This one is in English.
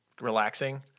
relaxing